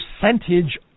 percentage